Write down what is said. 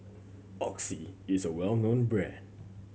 Oxy is a well known brand